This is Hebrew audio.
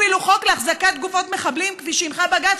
אפילו חוק להחזקת גופות מחבלים כפי שהנחה בג"ץ,